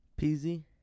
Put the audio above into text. Peasy